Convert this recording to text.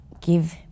give